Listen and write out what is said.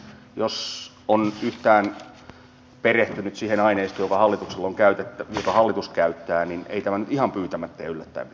jos on yhtään perehtynyt siihen aineistoon jota hallitus käyttää niin ei tämän nyt ihan pyytämättä ja yllättäen pitänyt tulla